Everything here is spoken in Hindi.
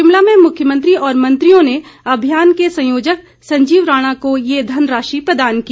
शिमला में मुख्यमंत्री और मंत्रियों ने अभियान के संयोजक संजीव राणा को ये धनराशि प्रदान की